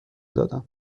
دادم